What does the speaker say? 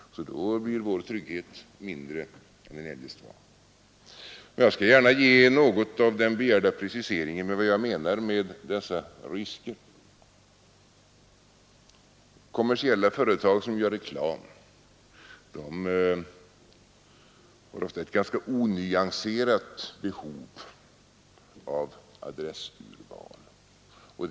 Då blir alltså vår trygghet mindre än den eljest skulle ha varit. Jag skall gärna ge något av den begärda preciseringen av vad jag menar med dessa risker. Kommersiella företag som gör reklam har ofta ett ganska onyanserat behov av adressurval.